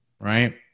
right